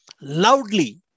Loudly